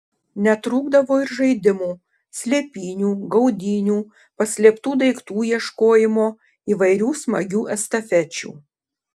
netrūkdavo ir žaidimų slėpynių gaudynių paslėptų daiktų ieškojimo įvairių smagių estafečių